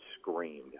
screamed